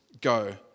go